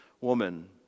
woman